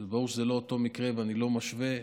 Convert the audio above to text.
וברור שזה לא אותו מקרה ואני לא משווה,